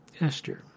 Esther